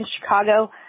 Chicago